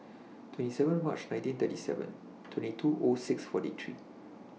twenty seven March nineteen thirty seven twenty two O six forty three